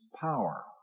power